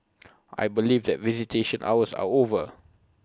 I believe that visitation hours are over